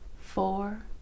four